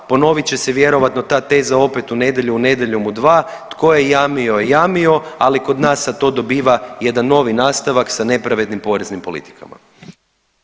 Ponovit će se vjerovatno ta teza opet u nedjelju u Nedjeljom u 2, tko je jamio, jamio, ali kod nas sad to dobiva jedan novi nastavak sa nepravednim poreznim politikama.